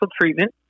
treatment